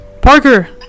Parker